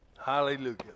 Hallelujah